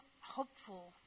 hopeful